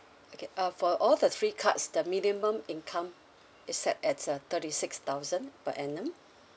okay uh for all the three cards the minimum income is set at uh thirty six thousand per annum